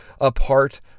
apart